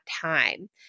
time